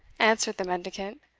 answered the mendicant.